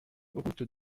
route